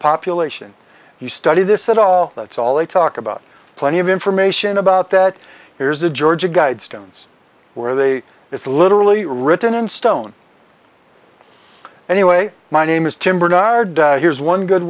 population he studied this at all that's all they talk about plenty of information about that here's a georgia guidestones where they it's literally written in stone anyway my name is tim bernard here's one good